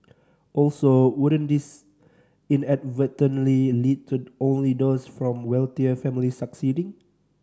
also wouldn't this inadvertently lead to only those from wealthier families succeeding